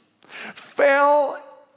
fell